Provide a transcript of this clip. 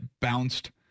bounced